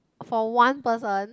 for one person